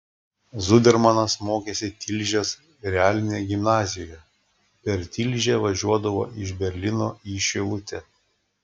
zudermanas mokėsi tilžės realinėje gimnazijoje per tilžę važiuodavo iš berlyno į šilutę